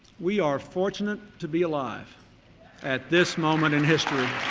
we are fortunate to be alive at this moment in history